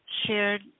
shared